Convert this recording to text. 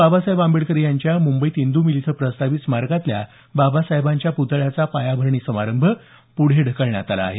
बाबासाहेब आंबेडकर यांच्या मुंबईत इंदू मिल इथं प्रस्तावित स्मारकातल्या बाबासाहेबांच्या पुतळ्याचा पायाभरणी सभारंभ पुढे ढकलण्यात आला आहे